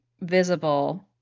visible